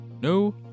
no